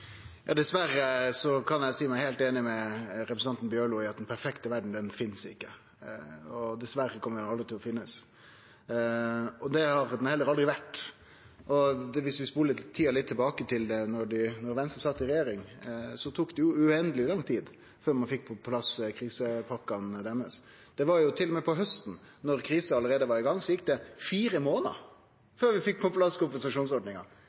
kan eg seie meg heilt einig med representanten Bjørlo i at den perfekte verda ikkje finst. Dessverre kjem ho aldri til å finnast, og det har ho heller aldri gjort. Viss vi spoler tida litt tilbake til da Venstre sat i regjering, så tok det jo uendeleg lang tid før ein fekk på plass krisepakkene deira. Til og med på hausten, da krisa allereie var i gang, gjekk det fire månadar før vi fekk på plass kompensasjonsordninga.